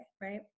right